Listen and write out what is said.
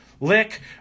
lick